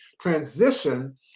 transition